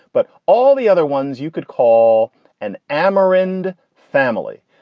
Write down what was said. but all the other ones you could call an ama and family.